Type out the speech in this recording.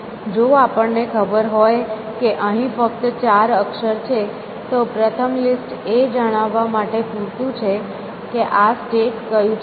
જો આપણને ખબર હોય કે અહીં ફક્ત ચાર અક્ષર છે તો પ્રથમ લિસ્ટ એ જણાવવા માટે પૂરતું છે કે આ સ્ટેટ કયું છે